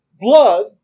Blood